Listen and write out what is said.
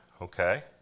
Okay